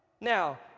Now